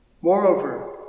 Moreover